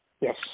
Yes